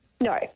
No